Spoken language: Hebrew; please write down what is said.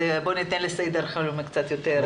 בואו ניתן לסעיד אלחרומי להציג את הנושא.